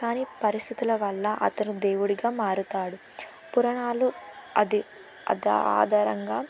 కానీ పరిస్థితుల వల్ల అతను దేవుడిగా మారుతాడు పురాణాలు అది అద ఆధారంగా